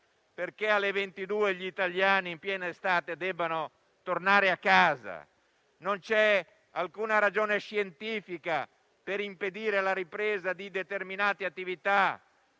perché alle ore 22 gli italiani in piena estate debbano tornare a casa. Non c'è alcuna ragione scientifica per impedire la ripresa di determinate attività;